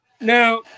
Now